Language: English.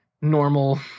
normal